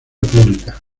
pública